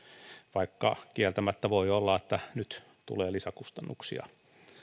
vaikka kieltämättä voi olla että nyt tulee lisäkustannuksia